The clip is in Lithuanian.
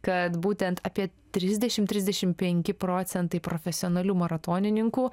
kad būtent apie trisdešim trisdešim penki procentai profesionalių maratonininkų